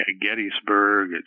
Gettysburg